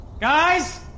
Guys